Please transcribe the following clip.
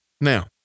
Now